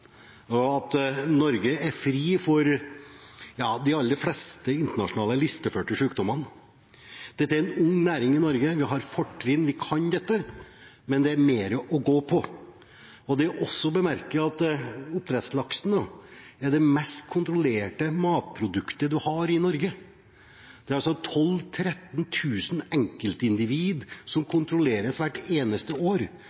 og at Norge er fri for de aller fleste internasjonalt listeførte sykdommene. Dette er en ung næring i Norge. Vi har fortrinn, og vi kan dette. Men det er mer å gå på. Det er også å bemerke at oppdrettslaksen nå er det mest kontrollerte matproduktet man har i Norge. Det er 12 000–13 000 enkeltindivid som